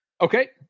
Okay